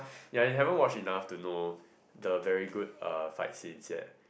ya you haven't watch enough to know the very good uh fight scenes yet